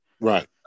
Right